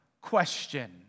question